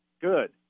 Good